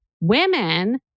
Women